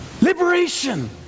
liberation